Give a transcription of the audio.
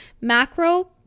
macro